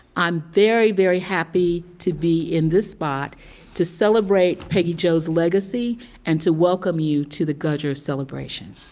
i'm very, very happy to be in this spot to celebrate peggy jo's legacy and to welcome you to the gudger celebration.